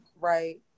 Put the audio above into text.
right